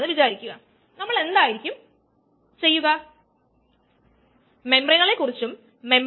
ചുരുക്കത്തിൽ നമ്മൾ ഈവ്യവസായത്തിൽ എൻസൈമുകളെ കുറിച്ചാണ് പ്രഭാഷണം 5 ആരംഭിച്ചത്